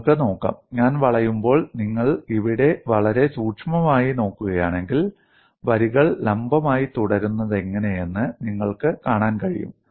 നിങ്ങൾക്ക് നോക്കാം ഞാൻ വളയുമ്പോൾ നിങ്ങൾ ഇവിടെ വളരെ സൂക്ഷ്മമായി നോക്കുകയാണെങ്കിൽ വരികൾ ലംബമായി തുടരുന്നതെങ്ങനെയെന്ന് നിങ്ങൾക്ക് കാണാൻ കഴിയും